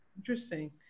interesting